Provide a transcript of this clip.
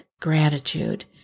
gratitude